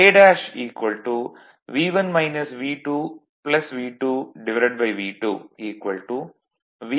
K V1 V2 V2 V2 V2 1